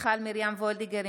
מיכל מרים וולדיגר,